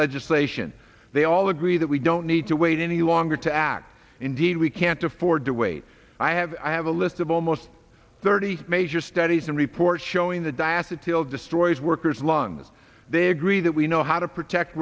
legislation they all agree that we don't need to wait any longer to act indeed we can't afford to wait i have i have a list of almost thirty major studies and reports showing the diaster tail destroys workers long as they agree that we know how to protect